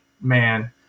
man